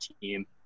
team